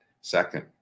second